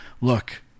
look